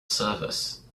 service